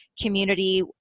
community